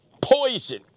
poison